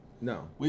No